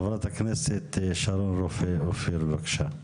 חברת הכנסת שרון רופא אופיר, בבקשה.